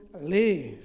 live